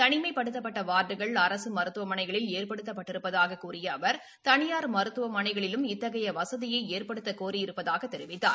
தனிமைப்படுத்தப்பட்ட வார்டுகள் அரசு மருத்துவமனைகளில் ஏற்படுத்தப்பட்டிருப்பதாக்க கூறிய அவர் தனியார் மருத்துவமனைகளிலும் இத்தகைய வசதியை ஏற்படுத்த கோரியிருப்பதாகக் கூறினார்